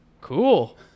cool